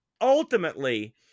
ultimately